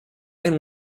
and